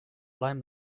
blame